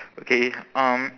okay um